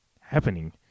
happening